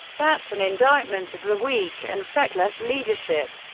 that's an indictment of the weak and feckless leadership.